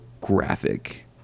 graphic